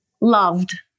loved